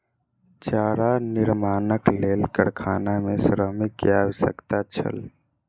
चारा निर्माणक लेल कारखाना मे श्रमिक के आवश्यकता छल